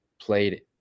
played